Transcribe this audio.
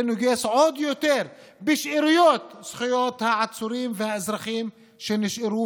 זה נוגס עוד יותר בשאריות זכויות העצורים והאזרחים שנשארו.